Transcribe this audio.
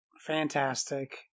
fantastic